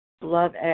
love